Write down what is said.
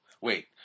Wait